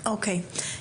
--- אוקיי,